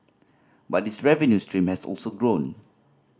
but its revenue stream has also grown